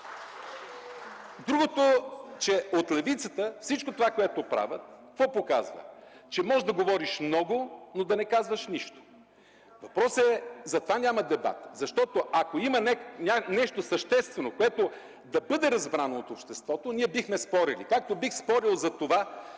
Другото, че от левицата всичко това, което правят, какво показва – че можеш да говориш много, но да не казваш нищо. Въпросът е – затова няма дебат, защото, ако има нещо съществено, което да бъде разбрано от обществото, ние бихме спорили. Както бих спорил за това,